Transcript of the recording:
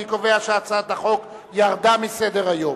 אני קובע שהצעת החוק ירדה מסדר-היום.